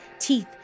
teeth